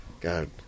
God